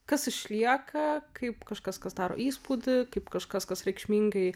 kas išlieka kaip kažkas kas daro įspūdį kaip kažkas kas reikšmingai